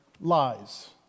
lies